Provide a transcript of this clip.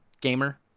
gamer